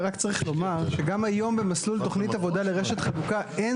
רק צריך לומר שגם היום במסלול תכנית עבודה לרשת חלוקה אין